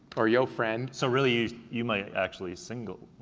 or yo friend. so really, you you might actually single,